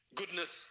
goodness